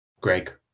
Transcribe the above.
greg